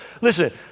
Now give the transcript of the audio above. Listen